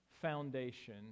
foundation